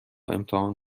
امتحان